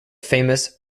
famous